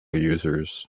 users